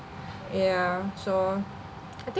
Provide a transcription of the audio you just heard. yeah so I think